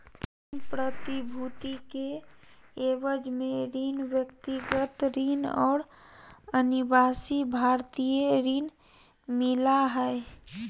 ऋण प्रतिभूति के एवज में ऋण, व्यक्तिगत ऋण और अनिवासी भारतीय ऋण मिला हइ